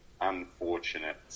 Unfortunate